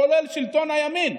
כולל של שלטון הימין,